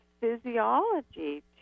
physiology